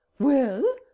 Well